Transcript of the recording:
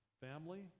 family